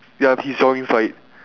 ya his jokes right